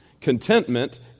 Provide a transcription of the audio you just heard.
Contentment